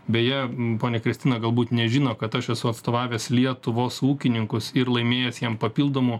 beje ponia kristina galbūt nežino kad aš esu atstovavęs lietuvos ūkininkus ir laimėjęs jiem papildomų